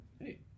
hey